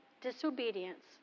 disobedience